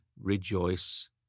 Rejoice